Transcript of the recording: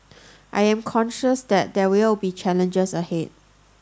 I am conscious that there will be challenges ahead